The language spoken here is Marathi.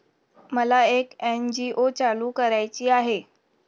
मला एक एन.जी.ओ चालू करायची आहे